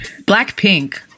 Blackpink